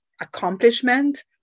accomplishment